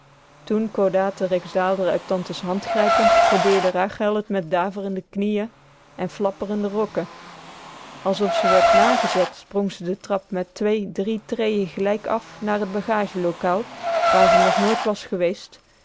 kordaat den rijksdaalder uit tante's hand grijpend probeerde rachel t met daverende knieën en flapprende rokken asof ze werd nagezet sprong ze de trap met twee drie trejen gelijk af naar t bagagelokaal waar ze nog nooit was geweest